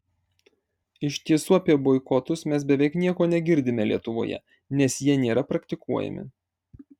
iš tiesų apie boikotus mes beveik nieko negirdime lietuvoje nes jie nėra praktikuojami